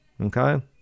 okay